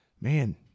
man